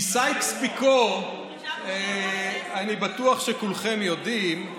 כי סייקס-פיקו, אני בטוח שכולכם יודעים,